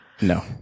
No